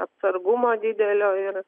atsargumo didelio ir